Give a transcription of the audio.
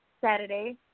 Saturday